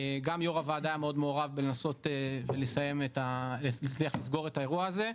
גם יו"ר הוועדה היה מאוד מעורב בלנסות ולהצליח לסגור את האירוע הזה,